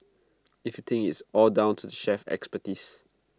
if you think it's all down to the chef's expertise